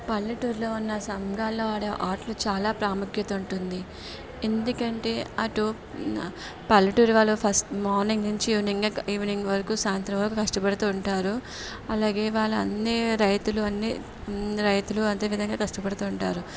పల్లెటూరులో ఉన్న సంఘాల్లో ఆడే ఆటలు చాలా ప్రాముఖ్యత ఉంటుంది ఎందుకంటే అటు పల్లెటూరు వాళ్ళు ఫస్ట్ మార్నింగ్ నుంచి ఈవినింగ్ వకు ఈవినింగ్ వరకు సాయంత్రం వరకు కష్టపడుతూ ఉంటారు అలాగే వాళ్ళ అన్నీ రైతులు అన్నీ రైతులు అదే విధంగా కష్టపడుతూ ఉంటారు